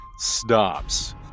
stops